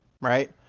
right